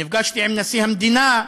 נפגשתי עם נשיא המדינה,